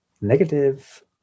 Negative